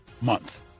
month